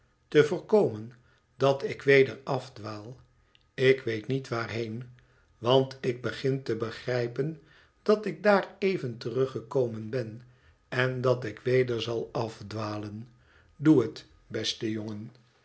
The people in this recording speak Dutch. ite voorkomen dat ik weder afdwaal ik weet niet waarheen want ik begb te begrijpen dat ik daar even teruggekomen ben en dat ik weder zal afdwalen doe het beste jongen